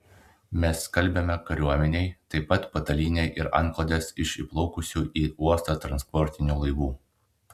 mes skalbiame kariuomenei taip pat patalynę ir antklodes iš įplaukusių į uostą transportinių laivų